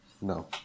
no